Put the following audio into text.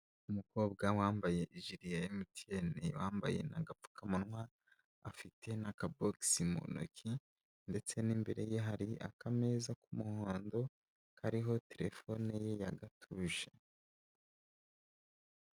Umukobwa wambaye ijiri ya MTN, wambaye n'agapfukamunwa, afite n'akabogisi mu ntoki ndetse n'imbere ye, hari akameza k'umuhondo, kariho terefone ye ya gatushi.